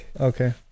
okay